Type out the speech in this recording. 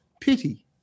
Pity